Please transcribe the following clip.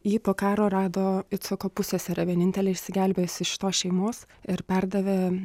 jį po karo rado icchoko pusseserė vienintelė išsigelbėjusi iš šitos šeimos ir perdavė